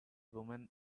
woman